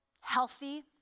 healthy